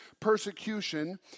persecution